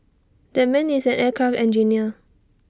that man is an aircraft engineer